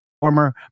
former